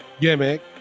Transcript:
gimmick